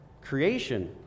creation